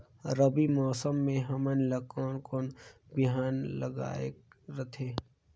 रबी मौसम मे हमन ला कोन कोन बिहान लगायेक रथे?